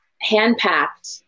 hand-packed